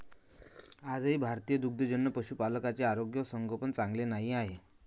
आजही भारतीय दुग्धजन्य पशुपालकांचे आरोग्य व संगोपन चांगले नाही आहे